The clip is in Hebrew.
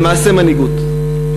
למעשה מנהיגות.